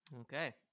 Okay